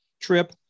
trip